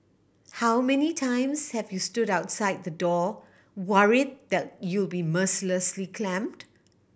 how many times have you stood outside the door worried that you'll be mercilessly clamped